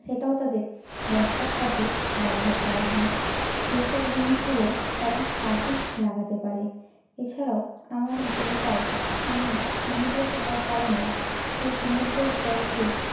সেটাও তাদের ব্যবসার কাজে ব্যবহার করা হয় এইসব জিনিসগুলো তারা কাজে লাগাতে পারে এছাড়াও আমার এই এলাকায় সামনে সমুদ্র থাকার কারণে সেই সমুদ্রের জলকে